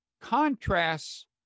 contrasts